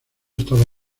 estaba